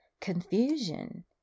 confusion